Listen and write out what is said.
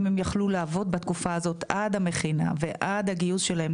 אם הם יוכלו לעבוד בתקופה הזאת עד המכינה ועד הגיוס שלהם,